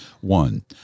One